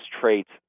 traits